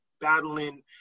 battling